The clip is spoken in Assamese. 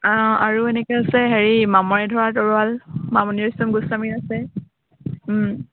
অঁ আৰু এনেকৈ আছে হেৰি মামৰে ধৰা তৰোৱাল মামণি ৰয়চম গোস্বামীৰ আছে